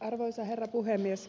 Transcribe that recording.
arvoisa herra puhemies